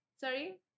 Sorry